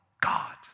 God